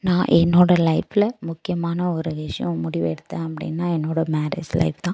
நான் என்னோடய லைஃபில் முக்கியமான ஒரு விஷயம் முடிவெடுத்தேன் அப்படினா என்னோடய மேரேஜ் லைஃப் தான்